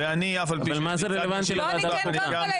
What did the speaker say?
ואף על פי --- אבל מה זה רלוונטי לוועדת חוקה?